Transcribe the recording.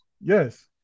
Yes